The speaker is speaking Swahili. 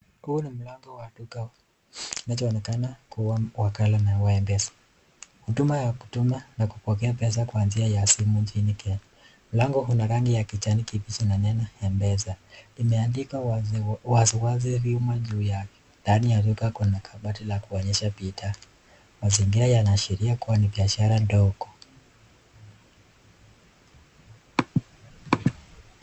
Huu ni mlango wa duka inachoonekana kua wakala wa Mpesa . Huduma ya kutuma na kupokea pesa kwa njia ya simu nchini Kenya. Mlango unarangi ya kijani kibichi na neno Mpesa, limeandikwa wazi wazi wima juu yake. Ndani ya duka kuna kabati ya kuonyesha bidhaa. Mazingira yanaashiria kua ni biashara ndogo.